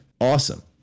Awesome